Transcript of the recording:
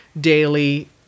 daily